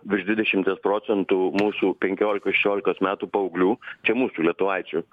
virš dvidešimties procentų mūsų penkiolikos šešiolikos metų paauglių čia mūsų lietuvaičių